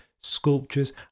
sculptures